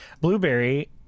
blueberry